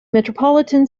metropolitan